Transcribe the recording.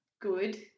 good